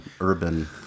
urban